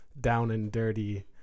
down-and-dirty